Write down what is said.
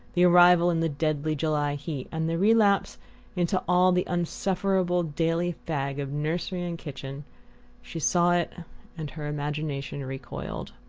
the arrival in the deadly july heat, and the relapse into all the insufferable daily fag of nursery and kitchen she saw it and her imagination recoiled.